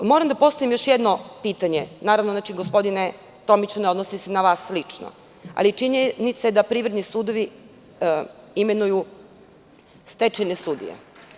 Moram da postavim još jedno pitanje, naravno, gospodine Tomiću ne odnosi se na vas lično, ali činjenica je da privredni sudovi imenuju stečajne sudije.